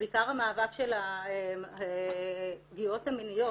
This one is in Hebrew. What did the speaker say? בעיקר המאבק של הפגיעות המיניות,